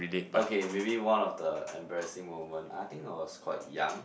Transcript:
okay maybe one of the embarrassing moment I think I was quite young